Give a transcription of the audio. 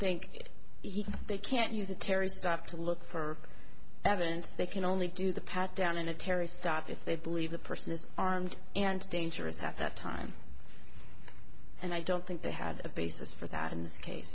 think they can use a terry stop to look for evidence they can only do the pat down and a terry start if they believe the person is armed and dangerous at that time and i don't think they had a basis for that in this case